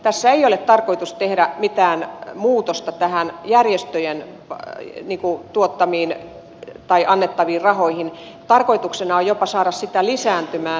tässä ei ole tarkoitus tehdä mitään muutosta näihin järjestöille annettaviin rahoihin tarkoituksena on jopa saada niitä lisääntymään